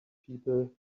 people